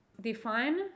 define